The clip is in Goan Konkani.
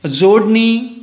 जोडणी